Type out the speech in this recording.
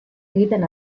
egiten